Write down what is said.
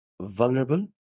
vulnerable